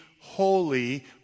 holy